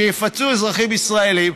שיפצו אזרחים ישראלים,